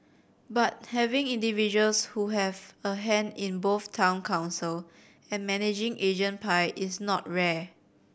but having individuals who have a hand in both Town Council and managing agent pie is not rare